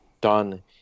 done